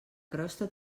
crosta